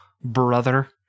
brother